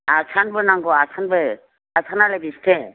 आसानबो नांगौ आसानबो आसानालाय बेसे